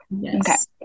Yes